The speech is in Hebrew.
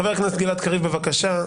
חבר הכנסת גלעד קריב, בבקשה.